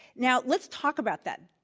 now, let's talk about that.